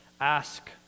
ask